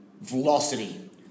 velocity